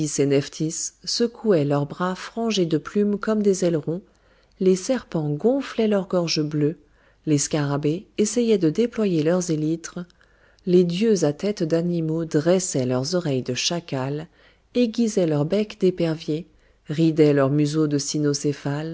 nephthys secouaient leurs bras frangés de plumes comme des ailerons les uræus gonflaient leurs gorges bleues les scarabées essayaient de déployer leurs élytres les dieux à têtes d'animaux dressaient leurs oreilles de chacal aiguisaient leur bec d'épervier ridaient leur museau de